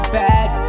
bad